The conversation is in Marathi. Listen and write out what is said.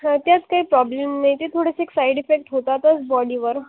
सध्याच ते प्रॉब्लेम येते थोडेसे साईड इफेक्ट होतातच बॉडीवर